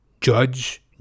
Judge